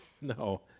No